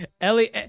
Ellie